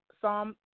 Psalm